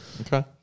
Okay